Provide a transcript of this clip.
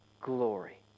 glory